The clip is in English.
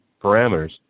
parameters